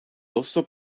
also